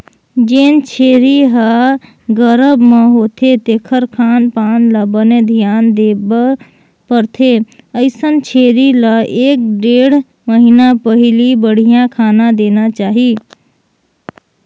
जेन छेरी ह गरभ म होथे तेखर खान पान ल बने धियान देबर परथे, अइसन छेरी ल एक ढ़ेड़ महिना पहिली बड़िहा खाना देना चाही